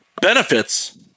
benefits